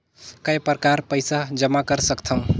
काय प्रकार पईसा जमा कर सकथव?